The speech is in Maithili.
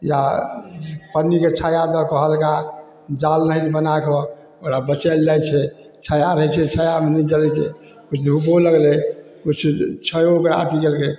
या पन्नीके छाया दऽ कऽ हल्का जाल नाहित बनाकऽ ओकरा बचाएल जाइ छै छाया रहै छै छायामे नहि जरै छै धूपो लगलै किछु छायो ओकरा अथी केलकै